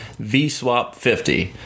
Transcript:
VSWAP50